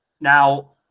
Now